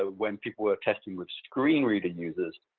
ah when people are testing with screen reading users,